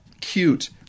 cute